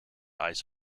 ice